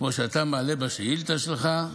כמו שאתה מעלה בשאילתה שלך,